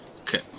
Okay